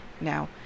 now